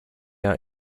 are